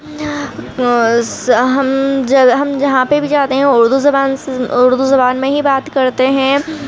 ہم جب ہم جہاں پہ بھی جاتے ہیں اُردو زبان سے اُردو زبان میں ہی بات کرتے ہیں